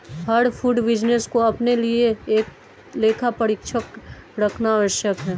हर food business को अपने लिए एक लेखा परीक्षक रखना आवश्यक है